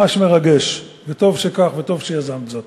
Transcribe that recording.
ממש מרגש, וטוב שכך, וטוב שיזמת זאת.